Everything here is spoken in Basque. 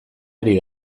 ari